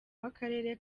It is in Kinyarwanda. w’akarere